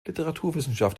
literaturwissenschaft